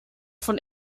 von